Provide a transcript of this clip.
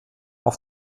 auf